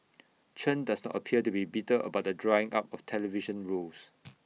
Chen does not appear to be bitter about the drying up of television roles